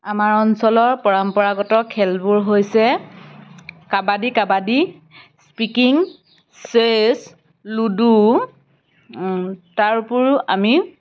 আমাৰ অঞ্চলৰ পৰম্পৰাগত খেলবোৰ হৈছে কাবাডি কাবাডি স্পিকিং চেছ লুডু তাৰ উপৰিও আমি